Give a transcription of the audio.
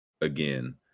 again